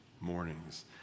mornings